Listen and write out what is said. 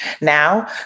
now